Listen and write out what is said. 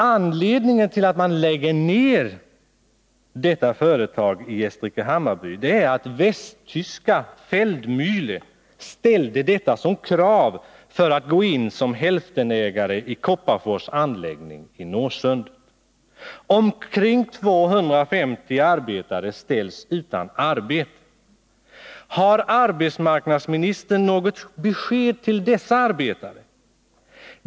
Anledningen till nedläggningen av detta företag är att västtyska Feldmänhle ställde detta krav för att gå in som hälftenägare i Kopparfors anläggning i Norrsundet. Omkring 250 arbetare ställs utan arbete. Har arbetsmarknadsministern något besked till dessa arbetare?